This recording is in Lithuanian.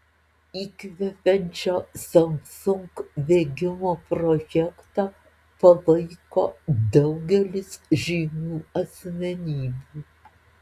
įkvepiančio samsung bėgimo projektą palaiko daugelis žymių asmenybių